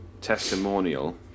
testimonial